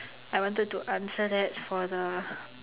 I wanted to answer that for the